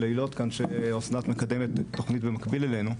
אילות שאוסנת מקדמת תוכנית במקביל אלינו,